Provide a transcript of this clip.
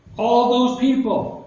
all those people